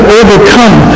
overcome